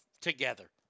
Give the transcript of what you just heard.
together